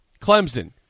Clemson